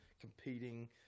Competing